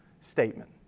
statement